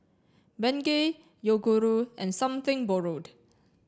Bengay Yoguru and something borrowed